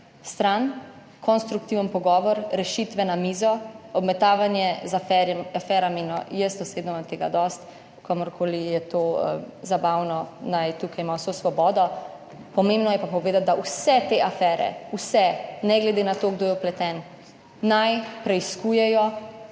kamer, konstruktiven pogovor, rešitve na mizo. Obmetavanje z aferami, jaz osebno imam tega zadosti; komur je to zabavno, ima tu vso svobodo. Pomembno je pa povedati, da vse te afere, vse, ne glede na to, kdo je vpleten, naj preiskujejo